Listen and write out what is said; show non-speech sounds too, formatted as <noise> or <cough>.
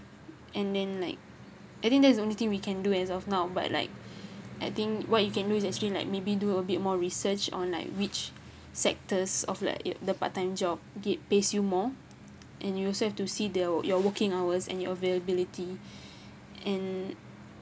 and then like I think that's the only thing we can do as of now but like I think what you can do is actually like maybe do a bit more research on like which sectors of like the part time job give pays you more and you also have to see the your working hours and your availability <breath> and